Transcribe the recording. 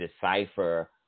decipher